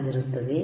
ಆಗಿರುತ್ತದೆ